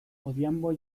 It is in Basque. odhiambo